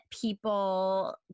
people